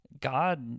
God